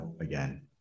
again